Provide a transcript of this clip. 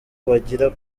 bagira